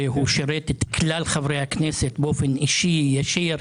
הוא שירת את כלל חברי הכנסת באופן אישי, ישיר,